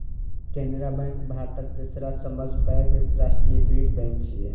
Canara bank भारतक तेसर सबसं पैघ राष्ट्रीयकृत बैंक छियै